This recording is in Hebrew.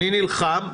אני נלחם על